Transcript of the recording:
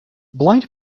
blind